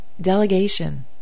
Delegation